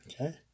Okay